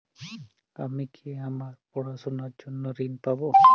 আমি কি আমার পড়াশোনার জন্য ঋণ পাব?